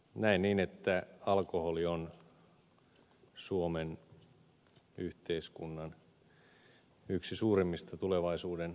näen niin että alkoholi on suomen yhteiskunnan yksi suurimmista tulevaisuuden haasteista